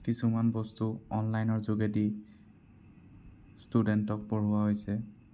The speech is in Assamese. কিছুমান বস্তু অনলাইনৰ যোগেদি ষ্টুডেণ্টক পঢ়োৱা হৈছে